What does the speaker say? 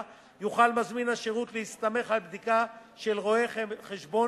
יוכל מזמין השירות להסתמך על בדיקה של רואה-חשבון